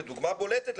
ודוגמה בולטת,